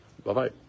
Bye-bye